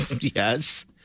Yes